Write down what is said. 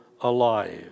alive